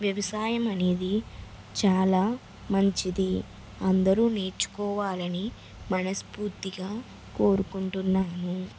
వ్యవసాయం అనేది చాలా మంచిది అందరూ నేర్చుకోవాలని మనస్ఫూర్తిగా కోరుకుంటున్నాను